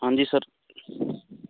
ਹਾਂਜੀ ਸਰ